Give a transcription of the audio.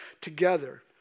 together